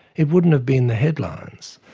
it wouldn't have been the headlines,